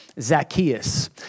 Zacchaeus